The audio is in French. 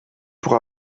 pour